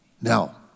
Now